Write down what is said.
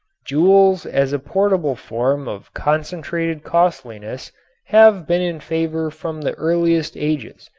jewels as a portable form of concentrated costliness have been in favor from the earliest ages,